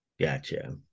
Gotcha